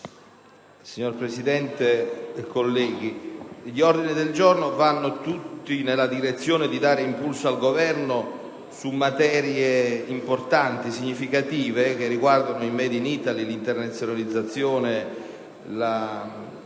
Signor Presidente, colleghi, gli ordini del giorno vanno tutti nella direzione di dare impulso al Governo su materie importanti e significative che riguardano il *made in Italy*, l'internazionalizzazione e